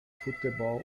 futebol